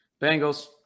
Bengals